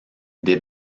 des